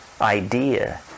idea